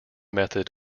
method